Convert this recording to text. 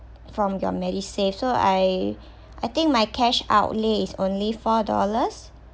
from your medisave so I I think my cash outlay is only four dollars